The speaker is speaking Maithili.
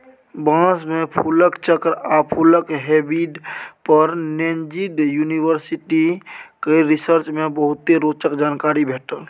बाँस मे फुलक चक्र आ फुलक हैबिट पर नैजिंड युनिवर्सिटी केर रिसर्च मे बहुते रोचक जानकारी भेटल